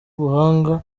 ubuhanga